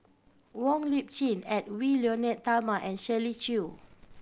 Wong Lip Chin Edwy Lyonet Talma and Shirley Chew